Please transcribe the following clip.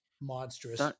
monstrous